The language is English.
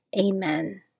Amen